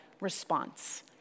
response